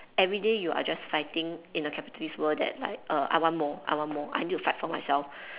everyday you are just fighting in a capitalist world that like err I want more I want more I need to fight for myself